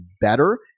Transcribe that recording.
better